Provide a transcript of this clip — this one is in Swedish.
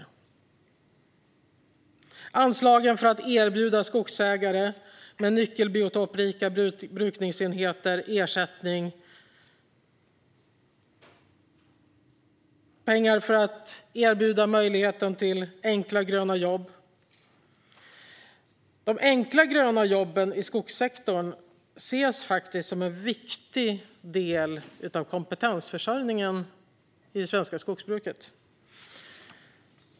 Det handlar om anslaget för att erbjuda skogsägare med nyckelbiotoprika brukningsenheter ersättning och pengar för att erbjuda möjligheten till enkla gröna jobb. De enkla gröna jobben i skogssektorn ses som en viktig del av kompetensförsörjningen i det svenska skogsbruket.